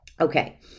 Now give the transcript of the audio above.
Okay